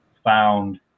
found